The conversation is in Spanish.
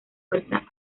fuerza